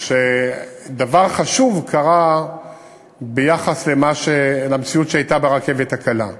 שדבר חשוב קרה ביחס למציאות שהייתה ברכבת הקלה.